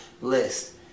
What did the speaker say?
list